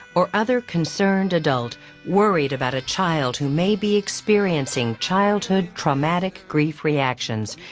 or other concerned adult worried about a child who may be experiencing childhood traumatic grief reaction,